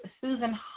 Susan